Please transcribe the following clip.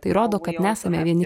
tai rodo kad nesame vieni